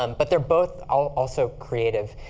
um but they're both also creative.